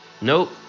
Nope